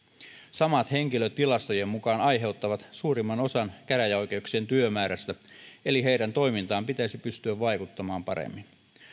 samat henkilöt tilastojen mukaan aiheuttavat suurimman osan käräjäoikeuksien työmäärästä eli heidän toimintaansa pitäisi pystyä vaikuttamaan paremmin